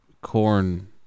Corn